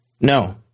No